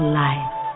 life